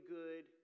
good